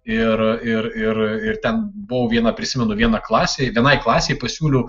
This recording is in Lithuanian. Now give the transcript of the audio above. ir ir ir ir ten buvo viena prisimenu viena klasė vienai klasei pasiūliau